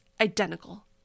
Identical